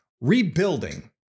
Rebuilding